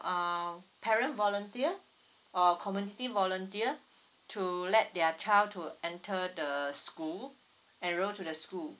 uh parent volunteer or community volunteer to let their child to enter the school enroll to the school